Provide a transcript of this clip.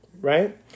Right